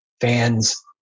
Fans